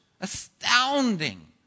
astounding